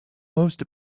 most